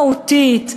מהותית,